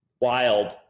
wild